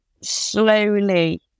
slowly